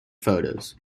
photos